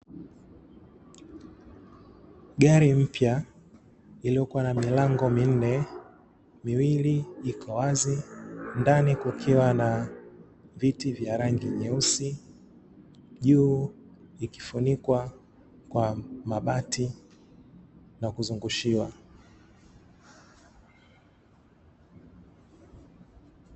Gari mpya iliyokuwa na milango minne, miwili iko wazi ndani kukiwa na viti vya rangi nyeusi, juu ikifunikwa kwa mabati na kuzungushiwa.